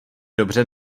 dobře